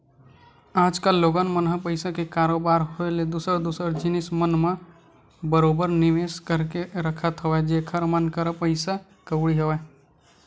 आज कल लोगन मन ह पइसा के बरोबर होय ले दूसर दूसर जिनिस मन म बरोबर निवेस करके रखत हवय जेखर मन करा पइसा कउड़ी हवय